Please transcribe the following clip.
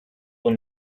will